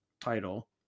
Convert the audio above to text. title